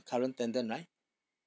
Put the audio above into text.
current tenant right